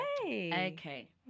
okay